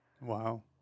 Wow